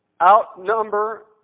outnumber